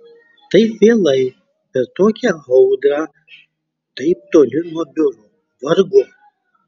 taip vėlai per tokią audrą taip toli nuo biuro vargu